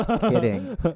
Kidding